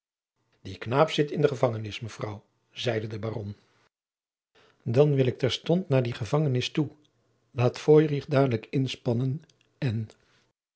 die knaap zit in de gevangenis mevrouw zeide de baron dan wil ik terstond naar die gevangenis toe laat feurich dadelijk inspannen en